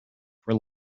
were